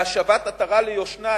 והשבת עטרה ליושנה.